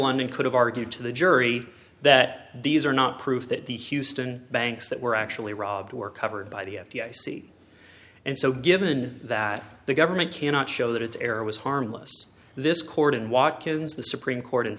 landon could have argued to the jury that these are not proof that the houston banks that were actually robbed were covered by the f t c and so given that the government cannot show that its error was harmless this court and watkins the supreme court